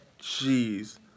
Jeez